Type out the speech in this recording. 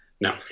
No